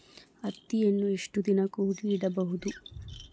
ಹತ್ತಿಯನ್ನು ಎಷ್ಟು ದಿನ ಕೂಡಿ ಇಡಬಹುದು?